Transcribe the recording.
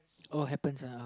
uh happens uh